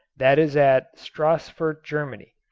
that is at stassfurt, germany.